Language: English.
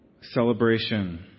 celebration